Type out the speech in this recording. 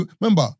Remember